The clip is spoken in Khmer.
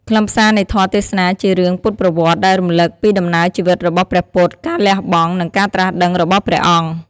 ខ្លឹមសារនៃធម៌ទេសនាជារឿង ពុទ្ធប្រវត្តិ ដែលរំលឹកពីដំណើរជីវិតរបស់ព្រះពុទ្ធ ការលះបង់ និងការត្រាស់ដឹងរបស់ព្រះអង្គ។